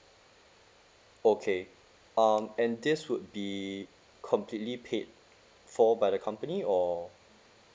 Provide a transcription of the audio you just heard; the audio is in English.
okay um and this would be completely paid for by the company or